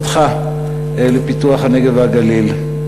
משרדך, המשרד לפיתוח הנגב והגליל.